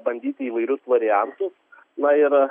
bandyti įvairius variantus na ir